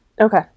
okay